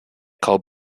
called